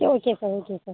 okay sir okay sir